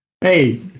Hey